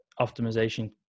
optimization